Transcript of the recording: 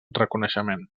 reconeixement